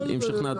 אם שכנענו אותך.